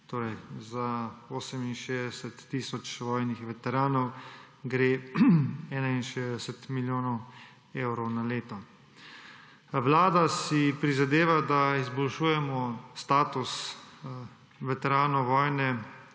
Torej za 68 tisoč vojnih veteranov gre 61 milijonov evrov na leto. Vlada si prizadeva, da izboljšujemo status veteranov vojne